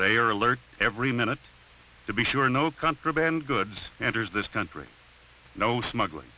they are alert every minute to be sure no contraband goods enters this country no smuggling